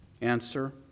Answer